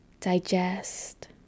digest